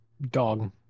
Dog